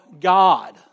God